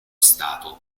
stato